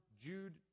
Jude